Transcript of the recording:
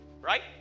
Right